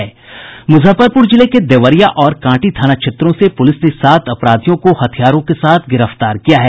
मुजफ्फरपुर जिले के देवरिया और कांटी थाना क्षेत्रों से पुलिस ने सात अपराधियों को हथियार के साथ गिरफ्तार किया है